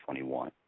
2021